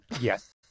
yes